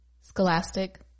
Scholastic